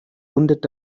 rundet